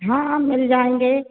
हाँ मिल जाएँगे